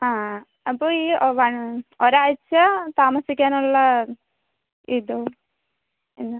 ആ അപ്പോൾ ഈ വൺ ഒരാഴ്ച്ച താമസിക്കാൻ ഉള്ള ഇതോ എന്